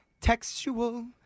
textual